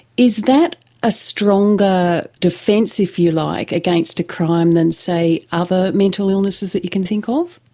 is that a stronger defence, if you like, against a crime than, say, other mental illnesses that you can think of?